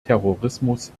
terrorismus